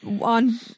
on